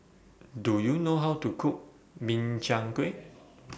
Do YOU know How to Cook Min Chiang Kueh